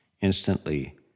instantly